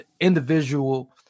individual